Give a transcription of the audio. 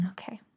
Okay